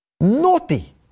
Naughty